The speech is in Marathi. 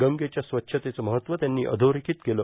गंगेच्या स्वच्छतेचं महत्व त्यांनी अधोरेखित केलं